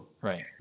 Right